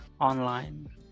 online